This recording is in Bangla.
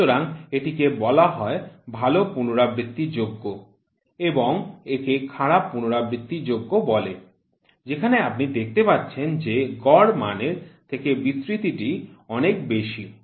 সুতরাং এটিকে বলা হয় ভাল পুনরাবৃত্তি যোগ্য এবং একে খারাপ পুনরাবৃত্তি যোগ্য বলে যেখানে আপনি দেখতে পাচ্ছেন যে গড় মানের থেকে বিস্তৃতিটি অনেক বেশি